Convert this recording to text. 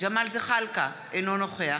ג'מאל זחאלקה, אינו נוכח